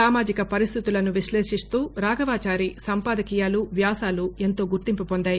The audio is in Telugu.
సామాజిక పరిస్థితులను విశ్లేషిస్తూ రాఘవచారి సంపాదకీయాలు వ్యాసాలు ఎంతో ఎంతో గుర్తింపు పొందాయి